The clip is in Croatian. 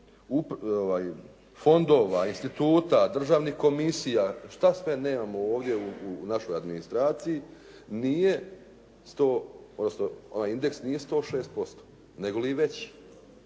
fondova, instituta, državnih komisija, što sve nemamo ovdje u našoj administraciji, onaj indeks nije 106%, nego li i veći.